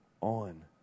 on